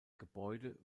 gebäude